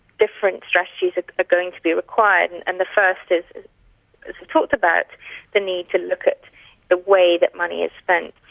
different strategies ah are going to be required, and and the first is is to talk about the need to look at the way that money is spent.